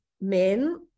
men